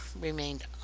remained